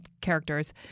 characters